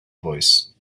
voice